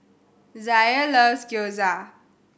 Zaire loves Gyoza